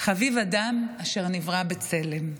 "חביב אדם שנברא בצלם",